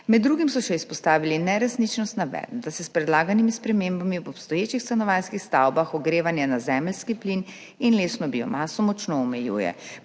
Med drugim so še izpostavili neresničnost navedb, da se s predlaganimi spremembami v obstoječih stanovanjskih stavbah ogrevanje na zemeljski plin in lesno biomaso močno omejuje.